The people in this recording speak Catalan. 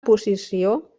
posició